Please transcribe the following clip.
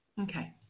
Okay